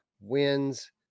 wins